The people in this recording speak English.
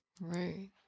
Right